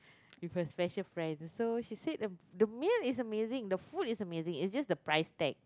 with her special friend so she said the the meal is amazing the food is amazing it's just the price tag